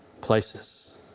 places